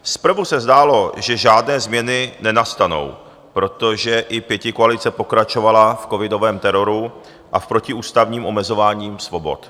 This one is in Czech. Zprvu se zdálo, že žádné změny nenastanou, protože i pětikoalice pokračovala v covidovém teroru a protiústavním omezování svobod.